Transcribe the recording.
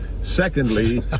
Secondly